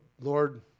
Lord